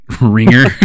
ringer